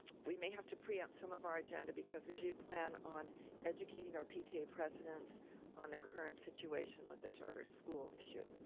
we may have to preempt some of our agenda, because we do plan on educating our pta presidents on the current situation with the chartered school issue.